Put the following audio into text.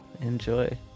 enjoy